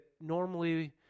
normally